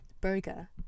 Burger